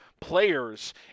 players